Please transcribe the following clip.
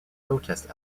protest